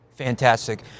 Fantastic